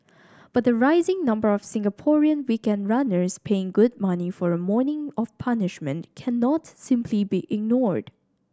but the rising number of Singaporean weekend runners paying good money for a morning of punishment cannot simply be ignored